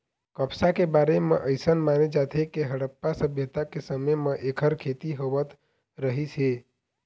कपसा के बारे म अइसन माने जाथे के हड़प्पा सभ्यता के समे म एखर खेती होवत रहिस हे